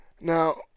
Now